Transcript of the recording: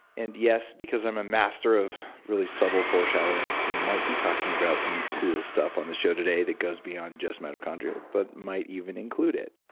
and yes, because i'm a master of really subtle foreshadowing, we might be talking about some cool stuff on the show today that goes beyond just mitochondria, but might even include it